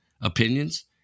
opinions